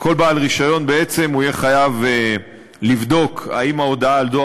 רישיון בעצם יהיה חייב לבדוק אם ההודעה על דבר